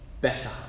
better